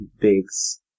bigs